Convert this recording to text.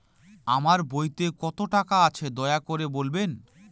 আমার বইতে কত টাকা আছে দয়া করে বলবেন?